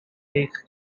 eich